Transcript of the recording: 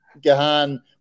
Gahan